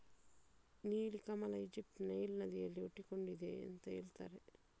ನೀಲಿ ಕಮಲ ಈಜಿಪ್ಟ್ ನ ನೈಲ್ ನದಿಯಲ್ಲಿ ಹುಟ್ಟಿಕೊಂಡಿದೆ ಅಂತ ಹೇಳ್ತಾರೆ